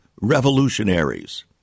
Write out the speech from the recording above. revolutionaries